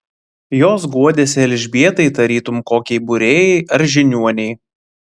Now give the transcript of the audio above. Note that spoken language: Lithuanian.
jos guodėsi elžbietai tarytum kokiai būrėjai ar žiniuonei